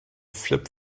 flip